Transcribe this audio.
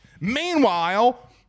Meanwhile